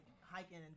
hiking